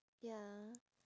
ya